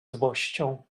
złością